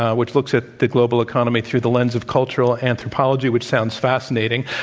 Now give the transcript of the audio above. which looks at the global economy through the lens of cultural anthropology, which sounds fascinating.